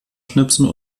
schnipsen